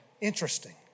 Interesting